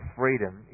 freedom